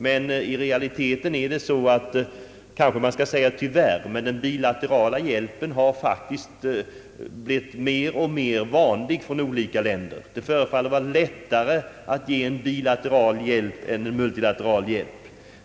Men i realiteten har den bilaterala hjälpen — man skall kanske säga tyvärr — blivit mer och mer vanlig; det förefallar vara lättare för olika länder att ge bilateral än multilateral hjälp.